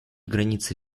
границы